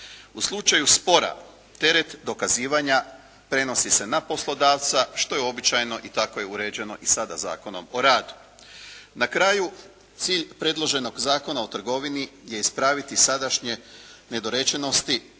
U slučaju spora teret dokazivanja prenosi se na poslodavca što je uobičajeno i tako je uređeno i sada Zakonom o radu. Na kraju cilj predloženog Zakona o trgovini je ispraviti sadašnje nedorečenosti